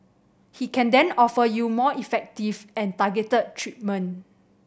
he can then offer you more effective and targeted treatment